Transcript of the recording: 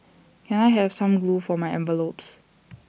can I have some glue for my envelopes